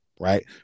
right